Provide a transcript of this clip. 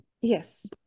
yes